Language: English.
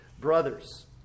brothers